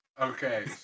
Okay